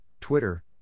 Twitter